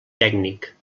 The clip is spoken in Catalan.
tècnic